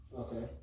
okay